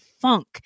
funk